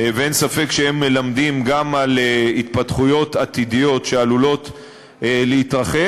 ואין ספק שהם מלמדים גם על התפתחויות עתידיות שעלולות להתרחש.